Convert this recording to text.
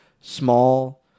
small